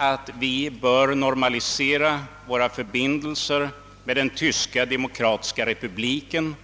att vi bör normalisera våra förbindelser med den Tyska demokratiska republiken.